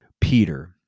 Peter